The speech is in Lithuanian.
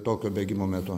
tokio bėgimo metu